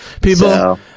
People